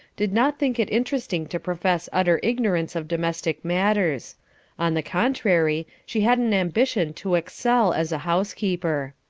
did not think it interesting to profess utter ignorance of domestic matters on the contrary, she had an ambition to excel as a housekeeper.